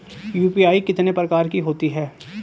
UPI कितने प्रकार की होती हैं?